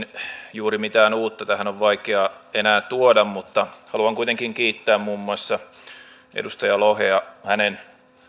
juuri mitään uutta tähän on vaikea enää tuoda mutta haluan kuitenkin kiittää muun muassa edustaja lohta hänen